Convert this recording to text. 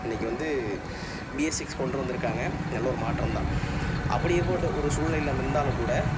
இன்றைக்கு வந்து BS six கொண்டு வந்திருக்காங்க நல்ல ஒரு மாற்றம் தான் அப்படி இருக்கவுட்டு ஒரு சூழ்நிலையில் நம்ம இருந்தாலும் கூட